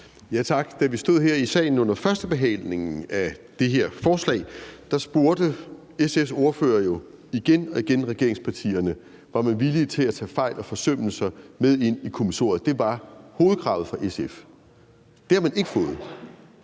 Tak. Da vi stod her i salen under førstebehandlingen af det her forslag, spurgte SF's ordfører jo igen og igen regeringspartierne, om man var villig til at tage fejl og forsømmelser med ind i kommissoriet. Det var hovedkravet fra SF. Det har man ikke fået